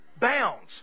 bounds